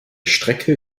strecke